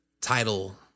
title